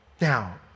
Now